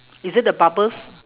is it the bubbles